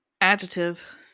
adjective